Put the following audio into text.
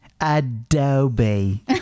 Adobe